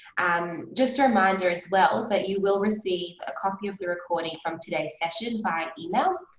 um just a reminder as well, but you will receive a copy of the recording from today's session by email.